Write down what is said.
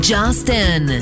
Justin